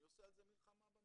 אני עושה על זה מלחמה במשרד.